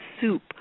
soup